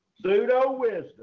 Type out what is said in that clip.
Pseudo-wisdom